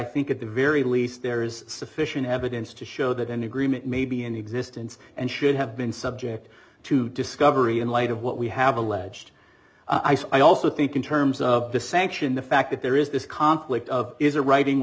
think at the very least there is sufficient evidence to show that an agreement may be in existence and should have been subject to discovery in light of what we have alleged i also think in terms of the sanction the fact that there is this conflict of is a writing